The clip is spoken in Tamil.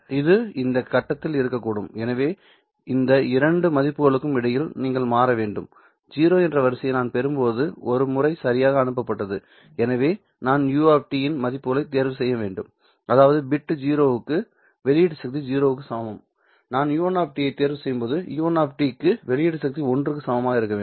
இது இந்த கட்டத்தில் இருக்கக்கூடும் எனவே இந்த இரண்டு மதிப்புகளுக்கும் இடையில் நீங்கள் மாற வேண்டும் 0 என்ற வரிசையை நான் பெறும்போது ஒரு முறை சரியாக அனுப்பப்பட்டது எனவே நான் uo இன் மதிப்புகளை தேர்வு செய்ய வேண்டும் அதாவது பிட் 0 க்குவெளியீட்டு சக்தி 0 க்கு சமம் நான் u1 ஐ தேர்வு செய்யும் போது u1 க்கு வெளியீட்டு சக்தி ஒன்றுக்கு சமமாக இருக்க வேண்டும்